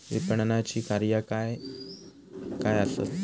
विपणनाची कार्या काय काय आसत?